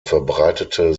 verbreitete